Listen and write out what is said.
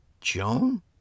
Joan